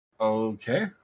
okay